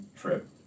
trip